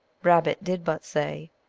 rabbit did but say,